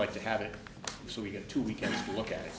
like to have it so we get two weekends to look at